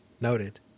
Noted